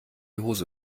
hose